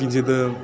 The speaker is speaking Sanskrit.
किञ्चिद्